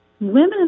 women